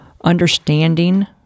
understanding